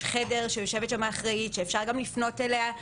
חדר שיושבת בו אחראית שאפשר לפנות אליה.